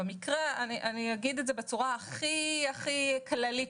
אגיד בצורה הכי כללית,